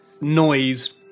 noise